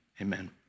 Amen